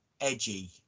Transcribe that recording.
edgy